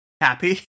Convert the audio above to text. happy